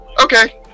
Okay